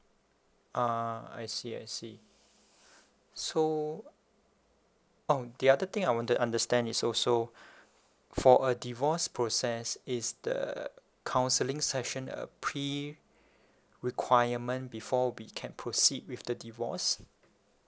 ah I see I see so oh the other thing I want to understand is also for a divorce process is the counseling session a pre requirement before we can proceed with the divorce